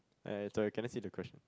uh sorry can I see the question